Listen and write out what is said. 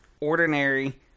ordinary